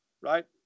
right